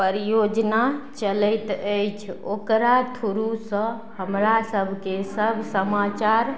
परियोजना चलैत अछि ओकरा थ्रूसँ हमरा सबके सब समाचार